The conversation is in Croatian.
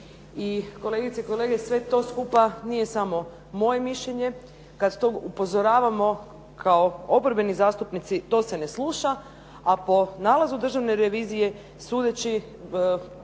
I kolegice i kolege, sve to skupa nije samo moje mišljenje, kad to upozoravamo kao oporbeni zastupnici, to se ne sluša, a po nalazu Državne revizije, sudeći